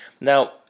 Now